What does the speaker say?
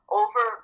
over